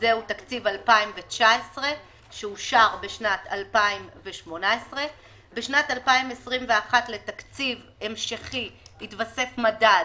שזה תקציב 2019 שאושר בשנת 2018. בשנת 2021 לתקציב המשכי יתווסף מדד,